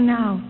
now